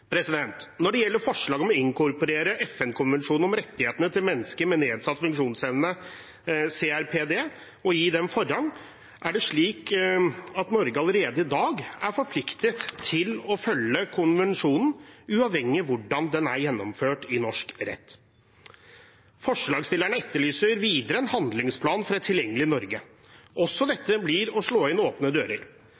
Når det gjelder forslaget om å inkorporere FN-konvensjonen om rettighetene til mennesker med nedsatt funksjonsevne, CRPD, og gi dem forrang, er det slik at Norge allerede i dag er forpliktet til å følge konvensjonen, uavhengig av hvordan den er gjennomført i norsk rett. Forslagsstillerne etterlyser videre en handlingsplan for et tilgjengelig Norge. Også